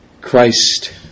Christ